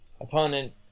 Opponent